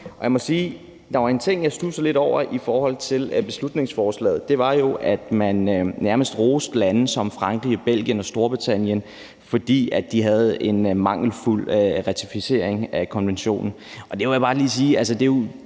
der var en ting, jeg studsede lidt over i forhold til beslutningsforslaget. Det var jo, at man nærmest roste lande som Frankrig, Belgien og Storbritannien, fordi de havde en mangelfuld ratificering af konventionen. Der må jeg bare lige sige,